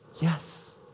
Yes